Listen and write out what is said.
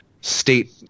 state